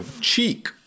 Cheek